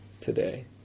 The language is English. today